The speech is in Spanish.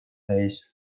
dehesa